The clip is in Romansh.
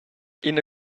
ina